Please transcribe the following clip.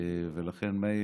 ולכן, מאיר,